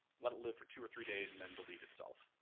let it live for two or three days, and then delete itself.